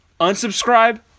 Unsubscribe